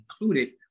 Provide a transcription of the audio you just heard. included